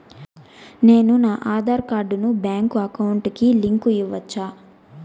నేను నా ఆధార్ కార్డును బ్యాంకు అకౌంట్ కి లింకు ఇవ్వొచ్చా?